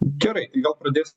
gerai tai gal pradės